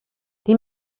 die